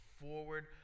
forward